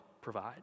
provide